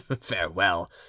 farewell